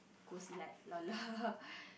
go see like